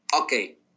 okay